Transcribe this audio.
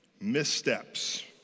missteps